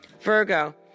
Virgo